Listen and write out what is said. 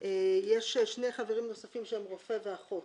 יש שני חברים נוספים שהם רופא ואחות.